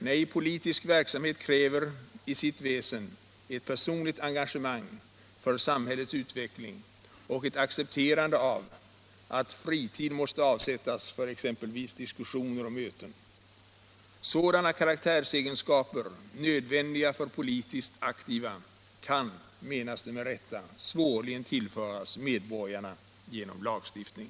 Nej, politisk verksamhet kräver i sitt väsen ett personligt engagemang för samhällets utveckling och ett accepterande av att fritid måste avsättas för exempelvis diskussioner och möten. Sådana karaktärsegenskaper, nödvändiga för politiskt aktiva, kan — menas det med rätta — svårligen tillföras medborgarna genom lagstiftning.